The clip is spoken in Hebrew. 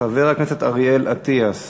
חבר הכנסת אריאל אטיאס